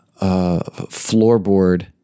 floorboard